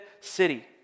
city